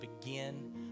begin